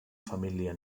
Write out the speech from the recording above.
família